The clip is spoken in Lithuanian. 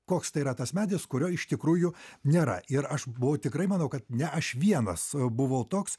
koks tai yra tas medis kurio iš tikrųjų nėra ir aš buvau tikrai manau kad ne aš vienas buvau toks